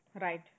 Right